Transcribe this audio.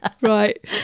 Right